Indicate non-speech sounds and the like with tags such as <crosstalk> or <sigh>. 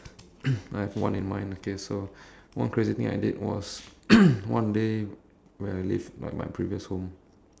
<coughs> I have one in mind okay so one crazy thing I did was <coughs> one day where I live like my previous home